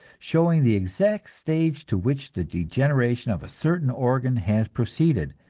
showing the exact stage to which the degeneration of a certain organ has proceeded,